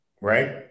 Right